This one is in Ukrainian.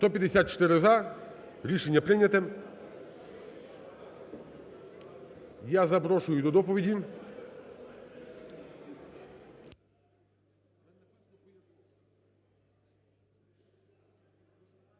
За-154 Рішення прийнято. Я запрошую до доповіді